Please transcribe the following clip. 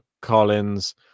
Collins